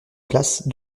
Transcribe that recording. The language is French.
place